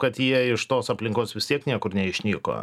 kad jie iš tos aplinkos vis tiek niekur neišnyko